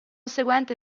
seguente